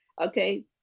okay